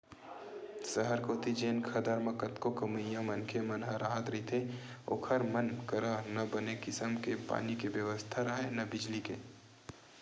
सहर कोती जेन खदर म कतको कमइया मनखे मन ह राहत रहिथे ओखर मन करा न बने किसम के पानी के बेवस्था राहय, न बिजली के